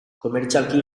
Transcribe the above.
komertzialki